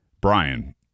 Brian